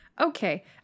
Okay